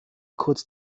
kurz